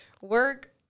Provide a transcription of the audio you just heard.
work